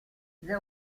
the